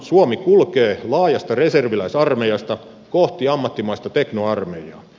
suomi kulkee laajasta reserviläisarmeijasta kohti ammattimaista teknoarmeijaa